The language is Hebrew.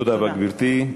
תודה רבה, גברתי.